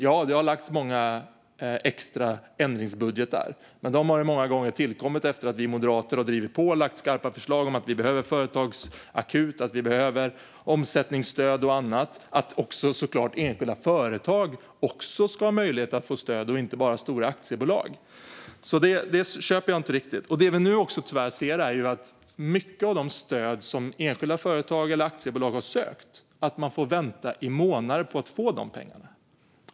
Ja, det har lagts fram många extra ändringsbudgetar, men de har många gånger tillkommit efter att vi moderater har drivit på och lagt fram skarpa förslag om att vi behöver en företagsakut, omsättningsstöd och annat och såklart att också enskilda företag, inte bara stora aktiebolag, ska ha möjlighet att få stöd. Så det köper jag inte riktigt. Det vi nu ser när det gäller mycket av det stöd som har sökts är tyvärr att enskilda företag eller aktiebolag får vänta i månader på att få pengarna.